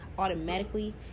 automatically